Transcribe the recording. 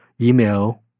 email